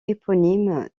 éponyme